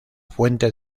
fuente